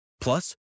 Plus